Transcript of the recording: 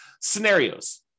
scenarios